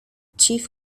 chief